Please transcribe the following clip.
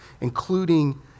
including